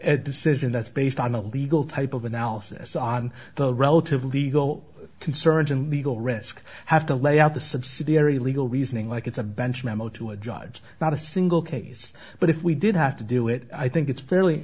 a decision that's based on a legal type of analysis on the relative legal concerns and legal risk have to lay out the subsidiary legal reasoning like it's a bench memo to a job's not a single case but if we did have to do it i think it's fairly